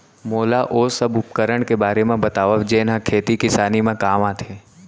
मोला ओ सब उपकरण के बारे म बतावव जेन ह खेती किसानी म काम आथे?